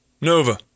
Nova